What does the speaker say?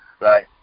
right